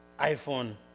iPhone